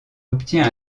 obtient